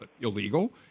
illegal